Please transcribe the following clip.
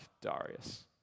Darius